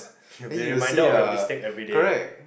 then you will see uh correct